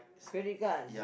credit cards